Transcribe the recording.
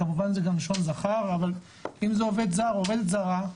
כמובן זה גם בלשון זכר אבל אם זה עובד זר או עבדת זרה,